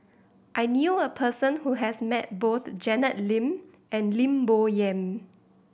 I knew a person who has met both Janet Lim and Lim Bo Yam